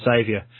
saviour